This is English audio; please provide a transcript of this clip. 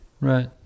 right